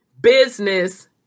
business